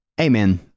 Amen